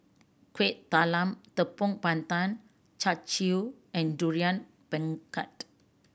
Kuih Talam Tepong Pandan Char Siu and Durian Pengat